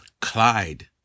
Clyde